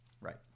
Right